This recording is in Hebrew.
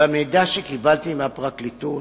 במידע שקיבלתי מהפרקליטות,